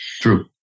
True